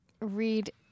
read